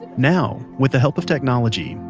now, with the help of technology,